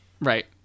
Right